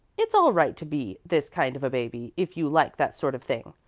it's all right to be this kind of a baby if you like that sort of thing.